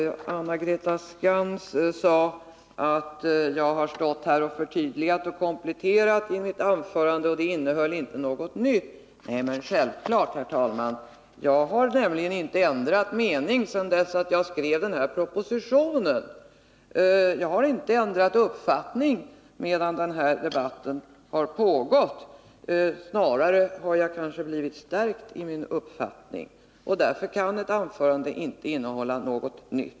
Herr talman! Anna-Greta Skantz sade att jag har stått här och förtydligat och kompletterat men att mitt anförande inte innehöll något nytt. Nej, självklart. Jag har nämligen inte ändrat min mening sedan jag skrev propositionen, och jag har inte ändrat uppfattning medan den här debatten har pågått. Snarare har jag kanske blivit stärkt i min uppfattning. Därför kan mitt anförande här i dag inte innehålla något nytt.